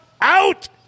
Out